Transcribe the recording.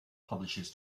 publishes